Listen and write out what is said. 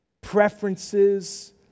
preferences